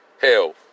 hell